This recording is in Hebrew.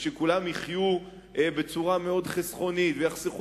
וכולם יחיו בצורה מאוד חסכונית ויחסכו